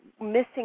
missing